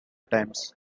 times